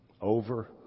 over